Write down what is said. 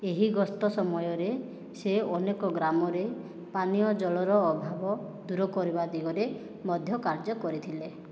ଏହି ଗ୍ରସ୍ତ ସମୟରେ ସେ ଅନେକ ଗ୍ରାମରେ ପାନୀୟ ଜଳର ଅଭାବ ଦୂର କରିବା ଦିଗରେ ମଧ୍ୟ କାର୍ଯ୍ୟ କରିଥିଲେ